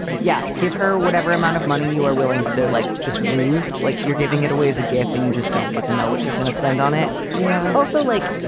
yeah. give her whatever amount of money you are willing to, like, just lose. like you're giving it away as a gift and you just don't get to know what she's gonna spend on it yeah. also like.